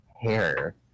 hair